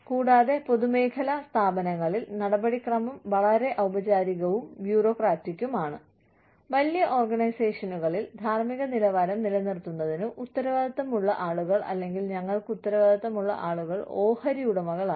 കൂടാതെ പൊതുമേഖലാ സ്ഥാപനങ്ങളിൽ നടപടിക്രമം വളരെ ഔപചാരികവും ബ്യൂറോക്രാറ്റിക്കും ആണ് വലിയ ഓർഗനൈസേഷനുകളിൽ ധാർമ്മിക നിലവാരം നിലനിർത്തുന്നതിന് ഉത്തരവാദിത്തമുള്ള ആളുകൾ അല്ലെങ്കിൽ ഞങ്ങൾക്ക് ഉത്തരവാദിത്തമുള്ള ആളുകൾ ഓഹരി ഉടമകളാണ്